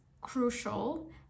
crucial